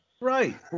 Right